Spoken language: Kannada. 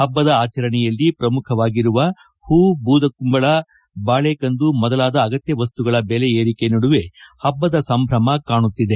ಹಬ್ಬದ ಆಚರಣೆಯಲ್ಲಿ ಪ್ರಮುಖವಾಗಿರುವ ಹೂ ಬೂದು ಕುಂಬಳ ಬಾಳೆಕಂದು ಮೊದಲಾದ ಅಗತ್ಯ ವಸ್ತುಗಳ ಬೆಲೆ ಏರಿಕೆ ನಡುವೆ ಹಬ್ಬದ ಸಂಭ್ರಮ ಕಾಣುತ್ತಿದೆ